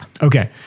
Okay